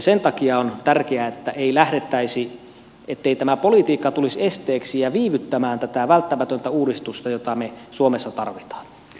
sen takia on tärkeää ettei tämä politiikka tulisi esteeksi ja viivyttämään tätä välttämätöntä uudistusta jota me suomessa tarvitsemme